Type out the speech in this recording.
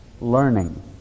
learning